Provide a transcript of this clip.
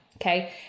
Okay